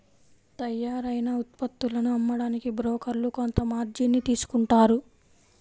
తయ్యారైన ఉత్పత్తులను అమ్మడానికి బోకర్లు కొంత మార్జిన్ ని తీసుకుంటారు